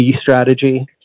strategy